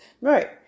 Right